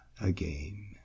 again